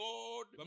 Lord